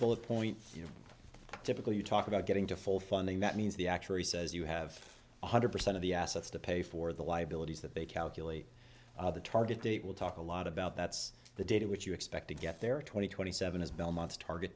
bullet points you typically you talk about getting to full funding that means the actuary says you have one hundred percent of the assets to pay for the liabilities that they calculate the target date will talk a lot about that's the data which you expect to get there twenty twenty seven is belmont's target